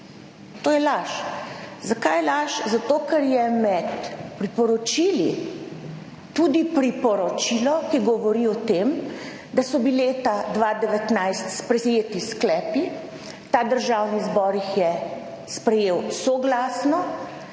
To je laž. Zakaj laž? Zato, ker je med priporočili tudi priporočilo, ki govori o tem, da so bili leta 2019 sprejeti sklepi, ki jih je Državni zbor sprejel soglasno.